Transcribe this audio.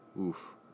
Oof